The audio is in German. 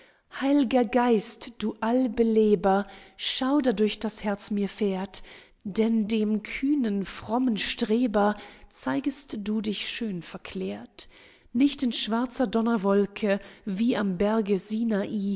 heil'ger geist du allbeleber schauder durch das herz mir fährt denn dem kühnen frommen streber zeigest du dich schön verklärt nicht in schwarzer donnerwolke wie am berge sinai